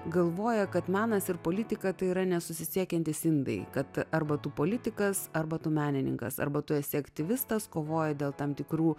galvoja kad menas ir politika tai yra nesusisiekiantys indai kad arba tu politikas arba tu menininkas arba tu esi aktyvistas kovoja dėl tam tikrų